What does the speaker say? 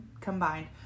combined